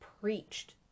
preached